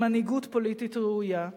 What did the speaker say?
מנהיגות פוליטית ראויה.